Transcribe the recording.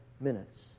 minutes